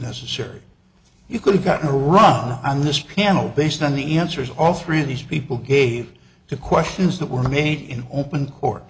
necessary you could have gotten a run on this panel based on the answers all three of these people gave the questions that were made in open court